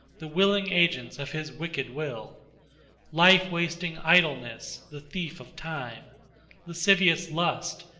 the willing agents of his wicked will life-wasting idleness, the thief of time lascivious lust,